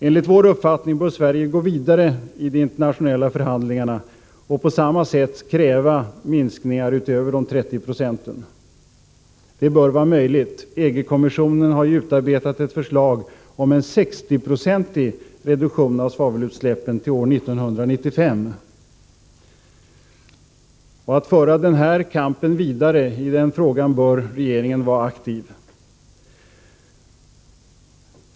Enligt vår uppfattning bör Sverige gå vidare i de internationella förhandlingarna och på samma sätt kräva minskningar utöver de 30 procenten. Det bör vara möjligt. EG-kommissionen har ju utarbetat ett förslag om en 60-procentig reduktion av svavelutsläppen till 1995. När det gäller att föra den här kampen vidare bör regeringen vara aktiv.